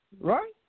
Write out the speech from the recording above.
Right